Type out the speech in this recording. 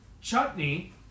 Chutney